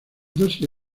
dosis